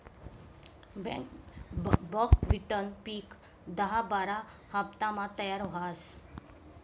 बकव्हिटनं पिक दहा बारा हाफतामा तयार व्हस